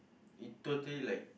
it totally like